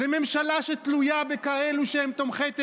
זאת ממשלה שתלויה בכאלה שהם תומכי טרור.